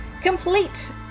Complete